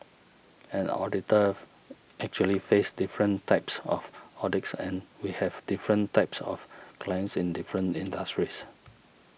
an auditor actually faces different types of audits and we have different types of clients in different industries